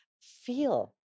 feel